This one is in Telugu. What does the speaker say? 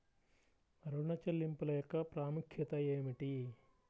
ఋణ చెల్లింపుల యొక్క ప్రాముఖ్యత ఏమిటీ?